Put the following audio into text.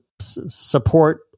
support